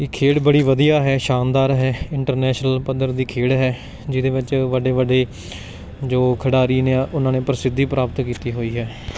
ਇਹ ਖੇਡ ਬੜੀ ਵਧੀਆ ਹੈ ਸ਼ਾਨਦਾਰ ਹੈ ਇੰਟਰਨੈਂਸ਼ਨਲ ਪੱਧਰ ਦੀ ਖੇਡ ਹੈ ਜਿਹਦੇ ਵਿੱਚ ਵੱਡੇ ਵੱਡੇ ਜੋ ਖਿਡਾਰੀ ਨੇ ਓਹਨਾਂ ਨੇ ਪ੍ਰਸਿੱਧੀ ਪ੍ਰਾਪਤ ਕੀਤੀ ਹੋਈ ਹੈ